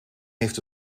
heeft